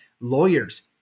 lawyers